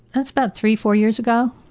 that's about three four years ago.